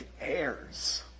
heirs